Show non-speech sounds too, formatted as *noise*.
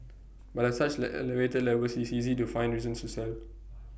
*noise* but at such *noise* elevated levels it's easy to find reasons to sell